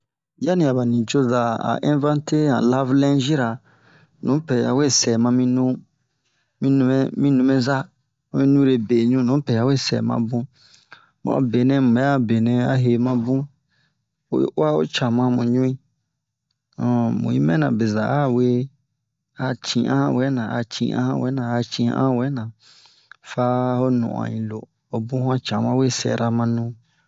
yani a bani coza a invente han lave-lingira nupɛ hawe sɛ mami nu mi numɛ mi numɛza mi nure beɲu nupɛ hawe sɛ ma bun mu'a benɛ mu bɛ'a bena a he mabun oyi uwa ho cama mu ɲui mu'i mɛna beza a we a ci'an han wɛna a ci'an han wɛna a ci'an han a wɛna fa ho non'uwan yi lo obun han cama we sɛra ma nu ɲɲɲ